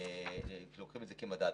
כשלוקחים את זה כמדד.